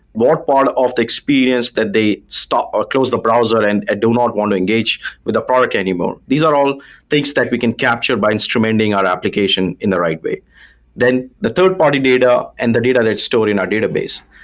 what part of the experience that they stop, or close the browser and do not want to engage with the product anymore? these are all things that we can capture by instrumenting our application in the right way then the third-party data and the data that's stored in our database.